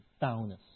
boundless